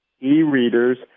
e-readers